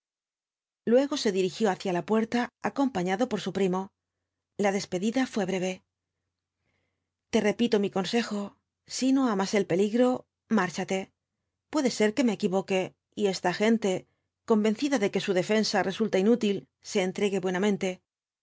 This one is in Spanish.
luego se dirigió hacia la puerta acompañado por su primo la despedida fué breve te repito mi consejo si no amas el peligro márchate puede ser que me equivoque y esta gente convencida de que su defensa resulta inútil se entregue